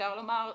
אפשר לומר,